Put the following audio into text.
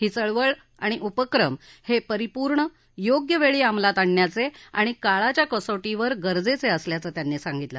ही चळवळ आणि उपक्रम हे परिपूर्ण योग्य वेळी अंमलात आणण्याचे आणि काळाच्या कसोटीवर गरजेचे असल्याचं त्यांनी सांगितलं